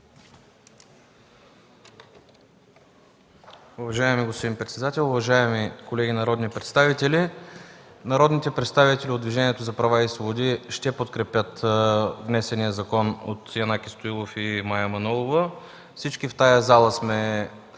Уважаеми господин председател, уважаеми колеги народни представители! Народните представители от Движението за права и свободи ще подкрепят внесения закон от Янаки Стоилов и Мая Манолова. Всички в тази зала сме